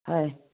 হয়